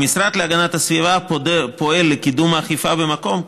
המשרד להגנת הסביבה פועל לקידום האכיפה במקום,